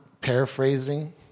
paraphrasing